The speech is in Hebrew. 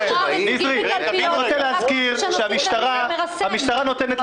--- אני רוצה להזכיר שהמשטרה נותנת